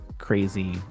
crazy